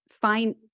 find